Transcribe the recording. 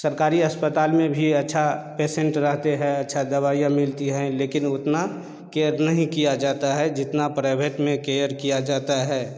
सरकारी अस्पताल में भी अच्छा पेसेंट रहते हैं अच्छा दवाइयाँ मिलती हैं लेकिन उतना केयर नहीं किया जाता है जितना प्राइभेट में केयर किया जाता है